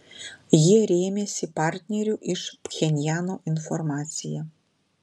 jie rėmėsi partnerių iš pchenjano informacija